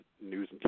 news